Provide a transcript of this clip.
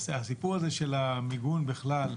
הסיפור הזה של המיגון בכלל,